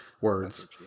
words